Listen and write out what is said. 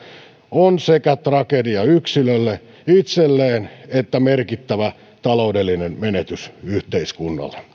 on sekä tragedia yksilölle itselleen että merkittävä taloudellinen menetys yhteiskunnalle